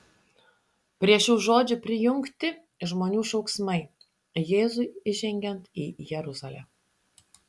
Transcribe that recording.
prie šių žodžių prijungti žmonių šauksmai jėzui įžengiant į jeruzalę